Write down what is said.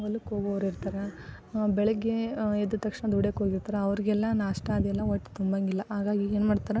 ಹೊಲಕ್ಕೋಗೋರಿರ್ತಾರೆ ಬೆಳಗ್ಗೆ ಎದ್ದ ತಕ್ಷಣ ದುಡಿಯೋಕ್ಕೋಗಿರ್ತಾರೆ ಅವ್ರಿಗೆಲ್ಲ ನಾಷ್ಟ ಅದೆಲ್ಲ ಒಟ್ಟು ತುಂಬೋಂಗಿಲ್ಲ ಹಾಗಾಗಿ ಏನ್ಮಾಡ್ತಾರೆ